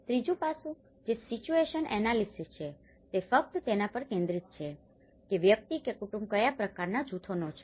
ત્રીજું પાસું જે સિચુએશન એનાલીસીસ છે તે ફક્ત તેના પર કેન્દ્રિત છે કે વ્યક્તિ કે કુટુંબ કયા પ્રકારનાં જૂથનો છે